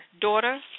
daughter